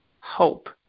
hope